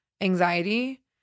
anxiety